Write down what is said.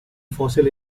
fossil